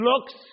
looks